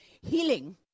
healing